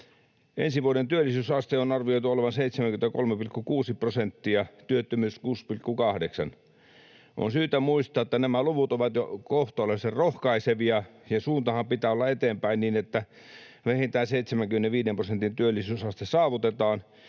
Ensi vuoden työllisyysasteen on arvioitu olevan 73,6 prosenttia, työttömyyden 6,8. On syytä muistaa, että nämä luvut ovat jo kohtalaisen rohkaisevia, ja suunnanhan pitää olla eteenpäin, niin että vähintään 75 prosentin työllisyysaste saavutetaan